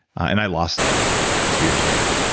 and i lost the money two years later